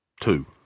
Two